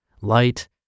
light